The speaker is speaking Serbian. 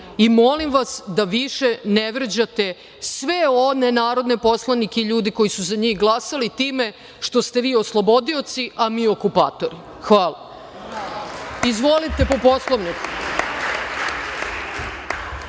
Molim vas da više ne vređate sve one narodne poslanike i ljude koji su za njih glasali time što ste vi oslobodioci, a mi okupatori. Hvala. Izvolite, po Poslovniku,